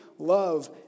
Love